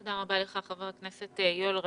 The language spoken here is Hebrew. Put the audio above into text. תודה רבה לך, חבר הכנסת יואל רזבוזוב.